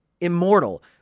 immortal